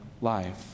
life